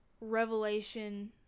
Revelation